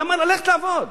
למה ללכת לעבוד?